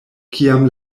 kiam